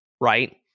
right